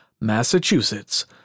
Massachusetts